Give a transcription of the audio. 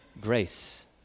grace